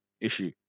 issue